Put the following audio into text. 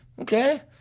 Okay